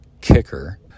kicker